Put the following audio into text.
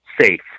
safe